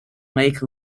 lake